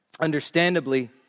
understandably